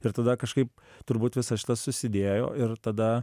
ir tada kažkaip turbūt visas šitas susidėjo ir tada